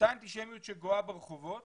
אותה אנטישמיות שגואה ברחובות